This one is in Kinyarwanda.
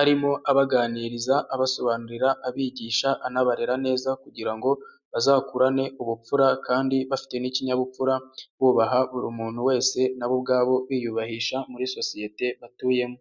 arimo abaganiriza abasobanurira abigisha anabarera neza kugira ngo bazakurane ubupfura kandi bafite n'ikinyabupfura, bubaha buri muntu wese na bo ubwabo biyubahisha muri sosiyete batuyemo.